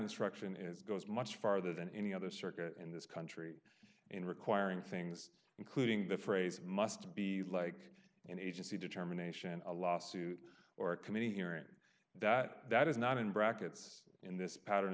instruction is goes much farther than any other circuit in this country in requiring things including the phrase must be like an agency determination a lawsuit or a committee hearing that that is not in brackets in this pattern